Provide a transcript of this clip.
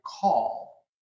call